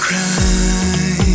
Cry